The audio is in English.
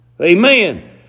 Amen